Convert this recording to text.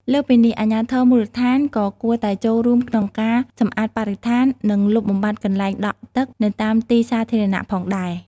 លើសពីនេះ អាជ្ញាធរមូលដ្ឋានក៏គួរតែចូលរួមក្នុងការសម្អាតបរិស្ថាន និងលុបបំបាត់កន្លែងដក់ទឹកនៅតាមទីសាធារណៈផងដែរ។